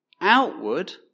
outward